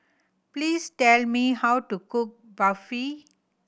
please tell me how to cook Barfi